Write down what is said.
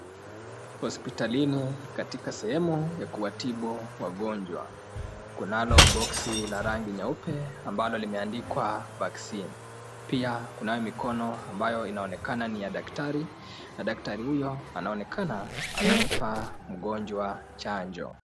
Hospitalini katika sehemu ya kuwatibu wagonjwa kunalo boksi la rangi nyeupe ambalo limeandikwa Vaccine pia kunayo mikono ambayo inaonekana ni ya daktari na daktari huyo anaonekana anampa mgonjwa chanjo.